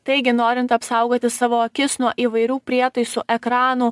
taigi norint apsaugoti savo akis nuo įvairių prietaisų ekranų